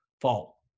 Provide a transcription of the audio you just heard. fall